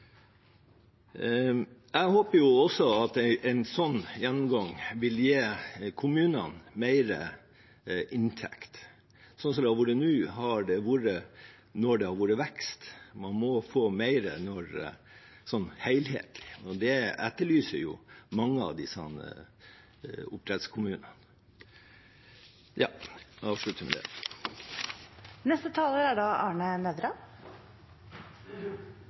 Jeg håper også at en sånn gjennomgang vil gi kommunene mer inntekter. Sånn som det har vært nå, har det vært når det har vært vekst. Man må få mer helhetlig. Det etterlyser mange av disse oppdrettskommunene. – Jeg avslutter med det. Mange av SVs enkeltforslag dreier seg om bedre dyrevelferd i lakseoppdrett. Hva er